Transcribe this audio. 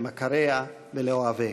למכריה ולאוהביה.